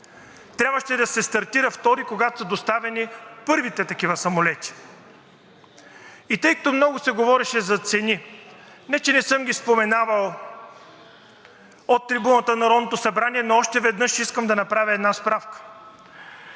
трябваше да се стартира втори, когато са доставени първите такива самолети. И тъй като много се говореше за цени, не че не съм ги споменавал от трибуната на Народното събрание, но още веднъж искам да направя една справка.